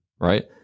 Right